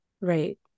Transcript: right